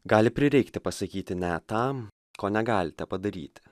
gali prireikti pasakyti ne tam ko negalite padaryt